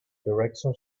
direction